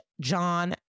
John